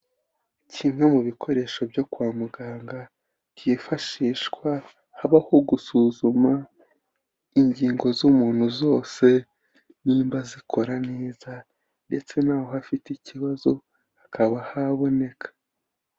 Kimwe mu bikoresho byo kwa muganga byifashishwa habaho gusuzuma ingingo z'umuntu zose nimba zikora neza ndetse n'aho hafite ikibazo hakaba haboneka.